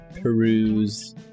peruse